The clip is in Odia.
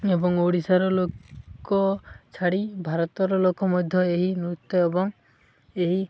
ଏବଂ ଓଡ଼ିଶାର ଲୋକ ଛାଡ଼ି ଭାରତର ଲୋକ ମଧ୍ୟ ଏହି ନୃତ୍ୟ ଏବଂ ଏହି